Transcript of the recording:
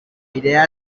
idea